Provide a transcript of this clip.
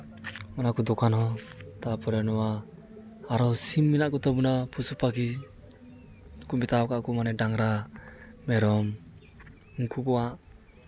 ᱚᱱᱟ ᱠᱚ ᱫᱚᱠᱟᱱ ᱦᱚᱸ ᱛᱟᱨᱯᱚᱨᱮ ᱱᱚᱣᱟ ᱟᱨᱚ ᱥᱤᱢ ᱢᱮᱱᱟᱜ ᱠᱚᱛᱟ ᱵᱚᱱᱟ ᱢᱮᱛᱟᱣ ᱠᱟᱜ ᱠᱚ ᱢᱟᱱᱮ ᱰᱟᱝᱨᱟ ᱢᱮᱨᱚᱢ ᱩᱱᱠᱩ ᱠᱚᱣᱟᱜ